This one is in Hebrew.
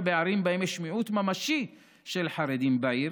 בערים שבהן יש מיעוט ממשי של חרדים בעיר